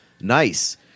nice